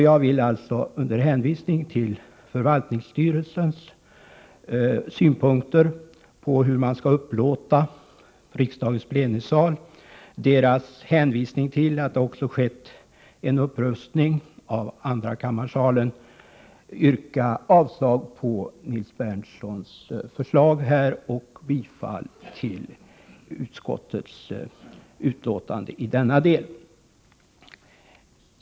Jag vill alltså, under hänvisning till förvaltningsstyrelsens synpunkter på hur man skall upplåta riksdagens plenisal och med hänvisning till att det skett en upprustning av andrakammarsalen, yrka avslag på Nils Berndtsons förslag och bifall till utskottets hemställan i denna del.